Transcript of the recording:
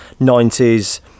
90s